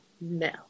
no